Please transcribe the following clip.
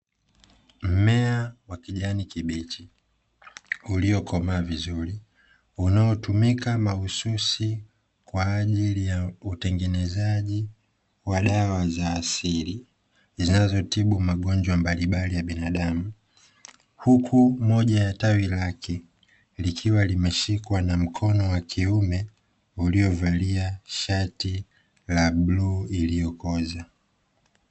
Mmea wa kijani kibichi uliyokomaa vizuri unaotumika mahususi kwa ajili ya utengenezaji wa dawa za asili zinazotibu magonjwa mbalimbali ya binadamu. Huku moja ya tawi lake likiwa limeshikwa na mkono wa kuume uliovalia shati la bluu iliyokooza.